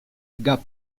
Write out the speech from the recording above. gap